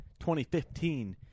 2015